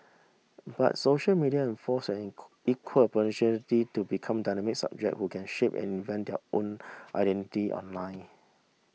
but social media enforce an equal opportunity to become dynamic subjects who can shape and invent their own identity online